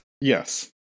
Yes